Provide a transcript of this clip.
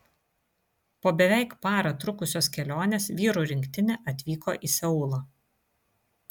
po beveik parą trukusios kelionės vyrų rinktinė atvyko į seulą